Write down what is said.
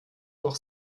noch